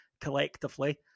collectively